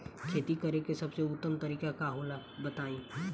खेती करे के सबसे उत्तम तरीका का होला बताई?